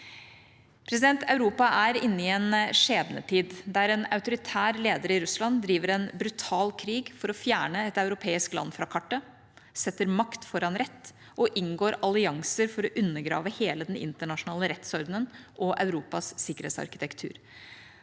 med. Europa er inne i en skjebnetid der en autoritær leder i Russland driver en brutal krig for å fjerne et europeisk land fra kartet, setter makt foran rett og inngår allianser for å undergrave hele den internasjonale rettsordenen og Europas sikkerhetsarkitektur.